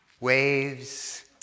waves